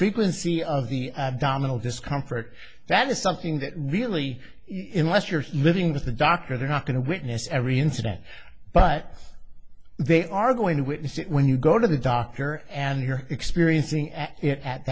frequency of the abdominal discomfort that is something that really in less you're living with the doctor they're not going to witness every incident but they are going to witness it when you go to the doctor and here experiencing at